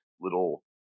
little